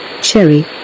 cherry